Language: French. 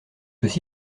aussi